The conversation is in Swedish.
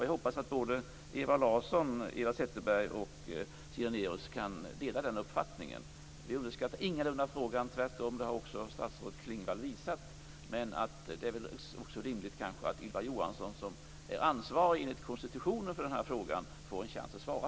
Jag hoppas att Ewa Larsson, Eva Zetterberg och Siri Dannaeus kan dela den uppfattningen. Vi underskattar ingalunda frågan, tvärtom. Det har också statsrådet Klingvall visat. Men det är kanske också rimligt att Ylva Johansson, som är ansvarig för frågan enligt konstitutionen, får en chans att svara.